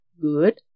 good